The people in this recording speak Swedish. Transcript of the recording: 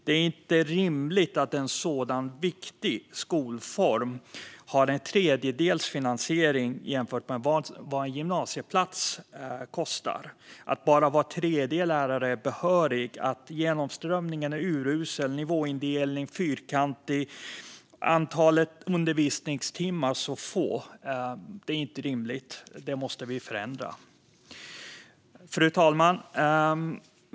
Det är inte rimligt att en så viktig skolform har en tredjedels finansiering jämfört med vad en gymnasieplats kostar, att bara var tredje lärare är behörig, att genomströmningen är urusel, att nivåindelningen är fyrkantig och att antalet undervisningstimmar är så lågt. Det måste vi förändra. Fru talman!